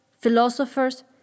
philosophers